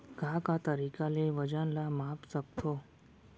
का का तरीक़ा ले वजन ला माप सकथो?